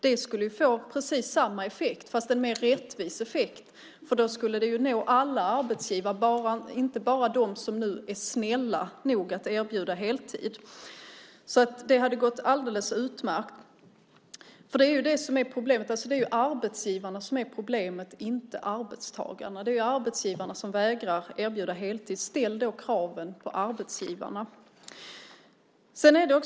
Det skulle få precis samma sorts effekt men en mer rättvis effekt eftersom det skulle nå alla arbetsgivare, inte bara dem som nu är "snälla" nog att erbjuda heltid. Det hade alltså gått alldeles utmärkt. Det är arbetsgivarna, inte arbetstagarna, som är problemet. Det är ju arbetsgivarna som vägrar att erbjuda heltid. Ställ därför kraven på arbetsgivarna!